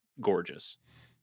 gorgeous